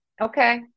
okay